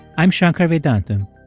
i'm shankar vedantam,